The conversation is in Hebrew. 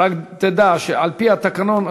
רק תדע שעל-פי התקנון,